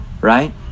Right